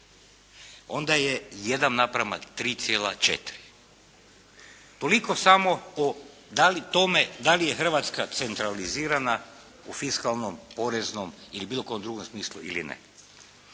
onda je 1 naprama 3,4. Toliko samo o da li je Hrvatska centralizirana u fiskalnom, poreznom ili bilo kojem drugom smislu ili ne.